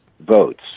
votes